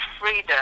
freedom